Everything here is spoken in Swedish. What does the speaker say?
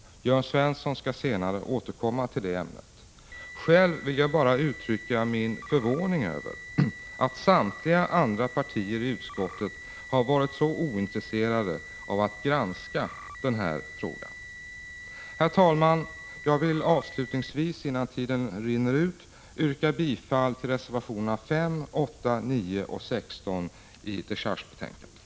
Jörn Svensson skall senare återkomma till ämnet. Själv vill jag bara uttrycka min förvåning över att samtliga andra partier i utskottet har varit så ointresserade av att granska den här frågan. Herr talman! Jag ber avslutningsvis, innan tiden för mitt anförande rinner ut, att få yrka bifall till reservationerna 5, 8, 9 och 16 i dechargeutskottets betänkande.